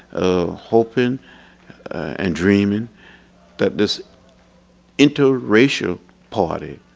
ah hoping and dreaming that this interracial party,